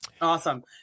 Awesome